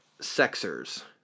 sexers